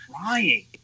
crying